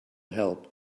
help